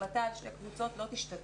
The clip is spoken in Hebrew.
ההחלטה על שתי קבוצות לא תשתנה.